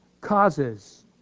Causes